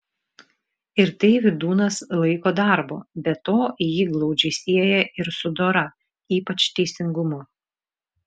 ir tai vydūnas laiko darbu be to jį glaudžiai sieja ir su dora ypač teisingumu